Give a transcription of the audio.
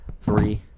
Three